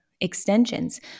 extensions